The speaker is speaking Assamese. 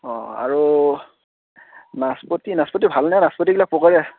অঁ আৰু নাচপতি নাচপতি ভাল নে নাচপতিবিলাক পকা নে